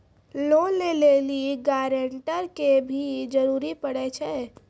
Loan लै लेली guarantor के भी जरूरी पड़ै छै?